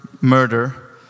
murder